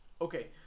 Okay